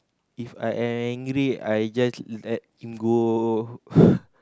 If I angry I just letting go